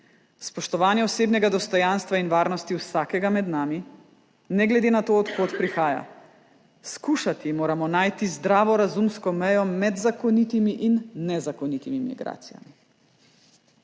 spoštovanje osebnega dostojanstva in varnosti vsakega med nami, ne glede na to, od kod prihaja. Skušati moramo najti zdravorazumsko mejo med zakonitimi in nezakonitimi migracijami.